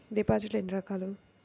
డిపాజిట్లు ఎన్ని రకాలు?